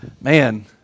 man